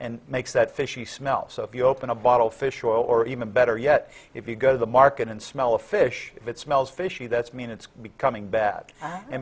and makes that fishy smell so if you open a bottle fish oil or even better yet if you go to the market and smell a fish it smells fishy that's mean it's becoming bad and